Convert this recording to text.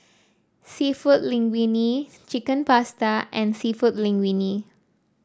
seafood Linguine Chicken Pasta and seafood Linguine